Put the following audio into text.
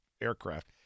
aircraft